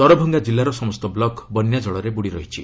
ଦରଭଙ୍ଗା ଜିଲ୍ଲାର ସମସ୍ତ ବ୍ଲକ ବନ୍ୟା ଜଳରେ ବୁଡ଼ିରହିଛି